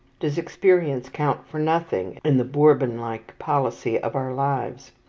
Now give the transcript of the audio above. does experience count for nothing in the bourbon-like policy of our lives?